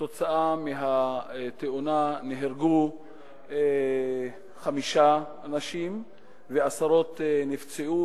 שכתוצאה ממנה נהרגו חמישה אנשים ועשרות נפצעו,